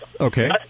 Okay